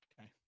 Okay